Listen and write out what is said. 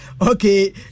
Okay